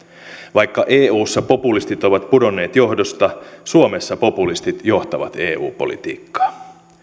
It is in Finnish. vaikka eussa populistit ovat pudonneet johdosta suomessa populistit johtavat eu politiikkaa